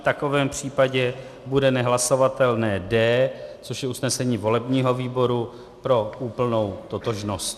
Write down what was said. V takovém případě bude nehlasovatelné D, což je usnesení volebního výboru, pro úplnou totožnost.